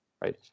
right